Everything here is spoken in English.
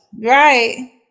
Right